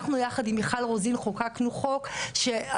אנחנו יחד עם מיכל רוזין חוקקנו חוק שאסר